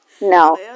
No